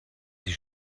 sie